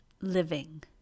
living